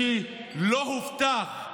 שלא הובטח,